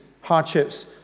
hardships